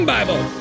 Bible